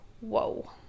whoa